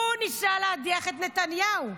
הוא ניסה להדיח את נתניהו.